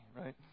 right